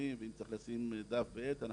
צעצועים ואם צריך לשים דף ועט,